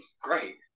great